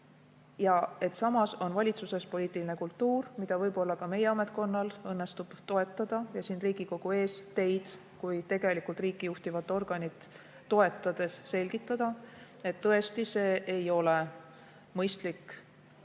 ajal võiks valitsuses olla poliitiline kultuur, mida võib-olla ka meie ametkonnal õnnestub toetada ja siin Riigikogu ees teid kui tegelikult riiki juhtivat organit toetades selgitada – tõesti, see ei ole mõistlik lahenduskäik,